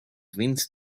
vince